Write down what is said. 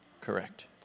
Correct